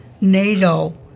NATO